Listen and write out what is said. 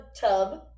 tub